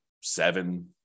seven